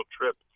trip